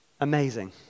Amazing